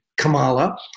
Kamala